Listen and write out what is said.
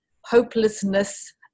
hopelessness